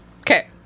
Okay